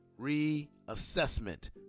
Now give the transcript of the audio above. reassessment